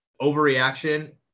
Overreaction